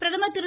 பிரதமர் திரு